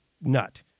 nut